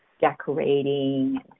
decorating